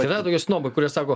yra tokie snobai kurie sako